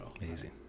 Amazing